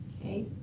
okay